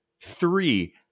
three